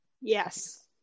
Yes